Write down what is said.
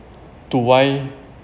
to why